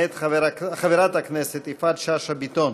מאת חברת הכנסת יפעת שאשא ביטון.